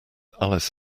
alice